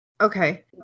Okay